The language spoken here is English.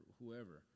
whoever